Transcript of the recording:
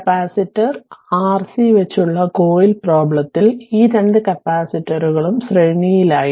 capacitor Rc വെച്ചുള്ള coil പ്രോബ്ലെത്തിൽ ഈ രണ്ടു കപ്പാസിറ്ററുകളും ശ്രേണിയിലായിരുന്നു